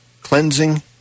cleansing